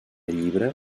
llibre